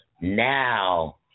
now